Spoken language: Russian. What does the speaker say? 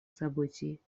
событий